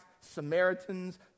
Samaritans